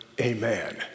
amen